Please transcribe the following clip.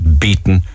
beaten